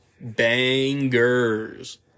Bangers